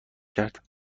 کرد